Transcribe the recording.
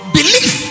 Belief